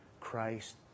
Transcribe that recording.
Christ